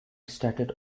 started